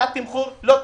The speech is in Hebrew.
שיטת תמחור לא תקינה.